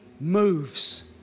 moves